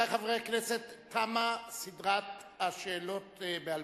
רבותי חברי הכנסת, תמה סדרת השאלות בעל-פה.